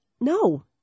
No